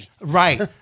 right